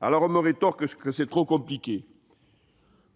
Alors, on me rétorque que c'est trop compliqué,